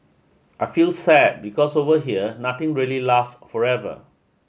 I feel sad because over here nothing really lasts forever